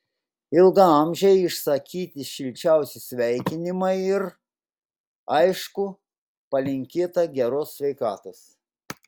ilgaamžei išsakyti šilčiausi sveikinimai ir aišku palinkėta geros sveikatos